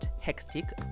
hectic